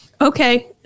Okay